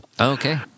Okay